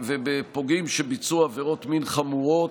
ובפוגעים שביצעו עבירות מין חמורות,